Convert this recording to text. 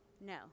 No